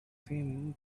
seen